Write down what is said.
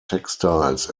textiles